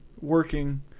working